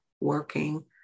working